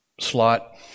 slot